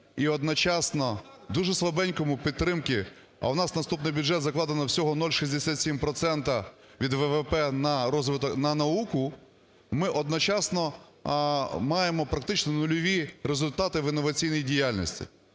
і одночасно дуже слабенькій підтримці, а у нас в наступний бюджет закладено всього 0,67 процентів від ВВП на науку, ми одночасно маємо практично нульові результати в інноваційній діяльності.